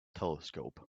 telescope